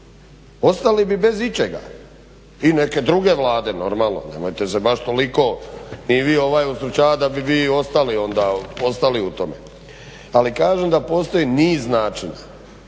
Ostali bi bez ičega. I neke druge Vlade normalno nemojte se baš toliko ni vi ustručavati da bi vi ostali onda u tome. Ali kažem da postoji niz načina.